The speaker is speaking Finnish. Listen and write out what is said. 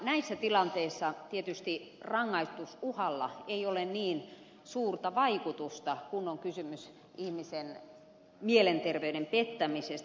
näissä tilanteissa tietysti rangaistusuhalla ei ole niin suurta vaikutusta kun on kysymys ihmisen mielenterveyden pettämisestä